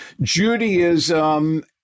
Judaism